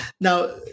now